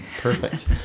Perfect